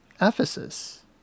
Ephesus